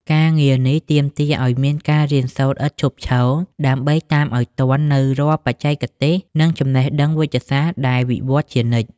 ការងារនេះទាមទារឱ្យមានការរៀនសូត្រឥតឈប់ឈរ ដើម្បីតាមឱ្យទាន់នូវរាល់បច្ចេកទេស និងចំណេះដឹងវេជ្ជសាស្ត្រដែលវិវត្តជានិច្ច។